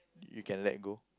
you can let go